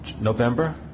November